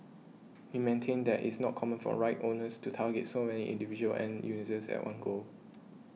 he maintained that it's not common for rights owners to target so many individual end users at one go